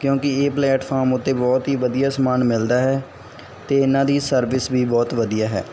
ਕਿਉਂਕਿ ਇਹ ਪਲੇਟਫਾਰਮ ਉੱਤੇ ਬਹੁਤ ਹੀ ਵਧੀਆ ਸਮਾਨ ਮਿਲਦਾ ਹੈ ਅਤੇ ਇਹਨਾਂ ਦੀ ਸਰਵਿਸ ਵੀ ਬਹੁਤ ਵਧੀਆ ਹੈ